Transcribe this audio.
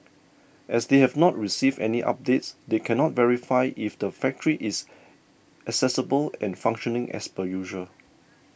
as they have not received any updates they cannot verify if the factory is accessible and functioning as per usual